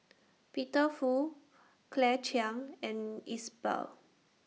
Peter Fu Claire Chiang and Iqbal